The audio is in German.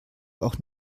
auch